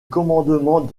commandement